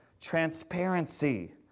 transparency